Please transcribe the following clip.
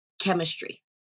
chemistry